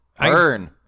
Burn